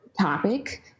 topic